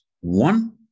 one